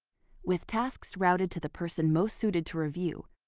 with tasks routed to the person most suited to review,